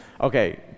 Okay